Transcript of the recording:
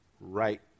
right